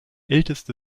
älteste